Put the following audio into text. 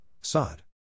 sod